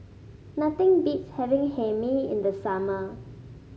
nothing beats having Hae Mee in the summer